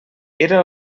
era